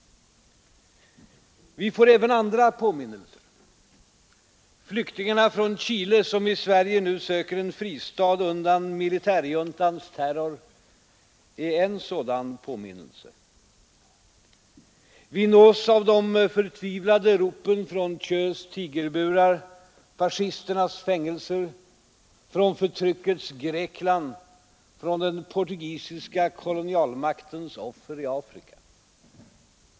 Vi får även andra påminnelser. Flyktingarna från Chile som nu i Sverige söker en fristad undan militärjuntans terror är en sådan påminnelse. Vi nås av de förtvivlade ropen från Thieus tigerburar, från fascisternas fängelser, från förtryckets Grekland och från den portugi siska kolonialmaktens offer i Afrika.